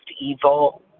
evil